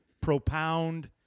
propound